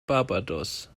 barbados